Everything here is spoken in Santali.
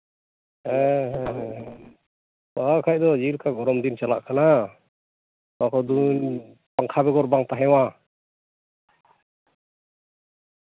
ᱦᱮᱸ ᱦᱮᱸ ᱦᱮᱸ ᱦᱮᱸ ᱵᱟᱝᱠᱷᱟᱱ ᱫᱚ ᱪᱮᱫᱞᱮᱠᱟ ᱜᱚᱨᱚᱢ ᱫᱤᱱ ᱪᱟᱞᱟᱜ ᱠᱟᱱᱟ ᱱᱚᱣᱟ ᱠᱚ ᱫᱤᱱ ᱯᱟᱝᱠᱷᱟ ᱵᱮᱜᱚᱨ ᱵᱟᱝ ᱛᱟᱦᱮᱸᱭᱟ